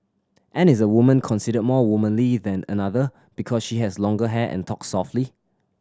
and is a woman considered more womanly than another because she has longer hair and talks softly